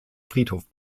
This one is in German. friedhof